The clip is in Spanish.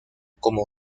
como